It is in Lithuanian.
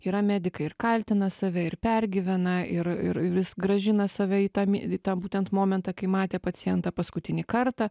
yra medikai ir kaltina save ir pergyvena ir ir ir vis grąžina save į tą mi į tą būtent momentą kai matė pacientą paskutinį kartą